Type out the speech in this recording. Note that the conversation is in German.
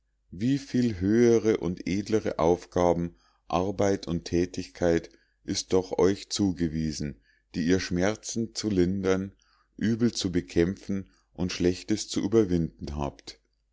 wie viel höhere und edlere aufgaben arbeit und tätigkeit ist doch euch zugewiesen die ihr schmerzen zu lindern übel zu bekämpfen und schlechtes zu überwinden habt